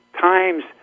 times